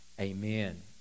amen